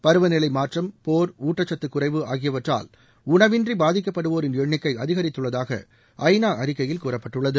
பருவநிலை மாற்றம் போர் உண்டச்சத்து குறைவு ஆகியவற்றால் உணவின்றி பாதிக்கப்படுவோரின் எண்ணிக்கை அதிகரித்துள்ளதாக ஐநா அறிக்கையில் கூறப்பட்டுள்ளது